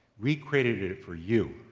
we created it it for you.